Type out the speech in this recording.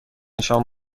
شام